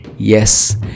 Yes